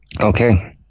Okay